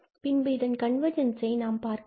பின்பு இதன் கண்வர்ஜென்ஸ் ஐ இங்கு பார்க்க வேண்டும்